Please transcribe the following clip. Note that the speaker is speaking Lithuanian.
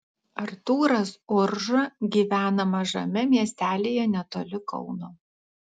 artūras urža gyvena mažame miestelyje netoli kauno